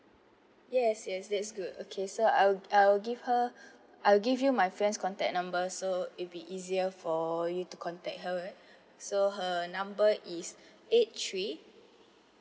yes yes that's good okay so I'll I'll give her I'll give you my friend's contact number so it be easier for you to contact her so her number is eight three